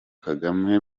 kagame